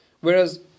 Whereas